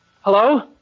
Hello